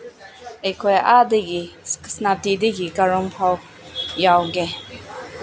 ꯑꯩꯈꯣꯏ ꯑꯥꯗꯒꯤ ꯁꯦꯅꯥꯄꯇꯤꯗꯒꯤ ꯀꯥꯔꯣꯡ ꯐꯥꯎ ꯌꯥꯎꯒꯦ